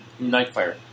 Nightfire